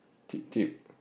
cheap cheap